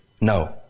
No